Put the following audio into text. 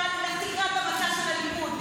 140, שקל בארנונה של העיריות.